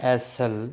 S L